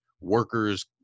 workers